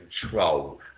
control